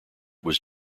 was